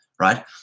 right